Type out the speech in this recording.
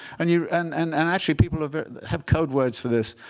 and yeah and and and actually, people ah have code words for this.